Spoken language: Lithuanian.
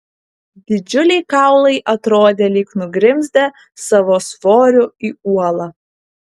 didžiuliai kaulai atrodė lyg nugrimzdę savo svoriu į uolą